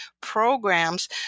programs